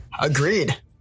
Agreed